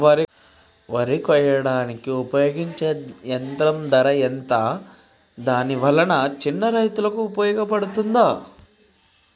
వరి కొయ్యడానికి ఉపయోగించే యంత్రం ధర ఎంత దాని వల్ల చిన్న రైతులకు ఉపయోగపడుతదా?